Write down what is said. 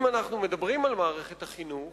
אם אנחנו מדברים על מערכת החינוך,